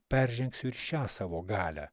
peržengsiu ir šią savo galią